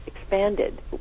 expanded